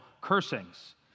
cursings